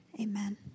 amen